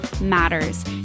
matters